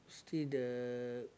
still the